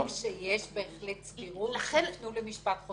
מבינים שיש בהחלט עיוות שיפנו למשפט חוזר.